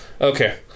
Okay